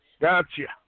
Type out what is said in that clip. Gotcha